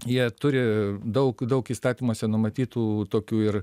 jie turi daug daug įstatymuose numatytų tokių ir